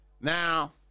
Now